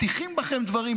מטיחים בכם דברים,